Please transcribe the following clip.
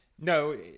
No